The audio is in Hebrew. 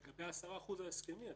לגבי ה-10% ההסכמי.